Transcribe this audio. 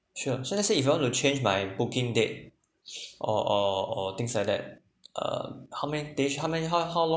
sure so let's say if I want to change my booking date or or or things like that uh how many days how many how how long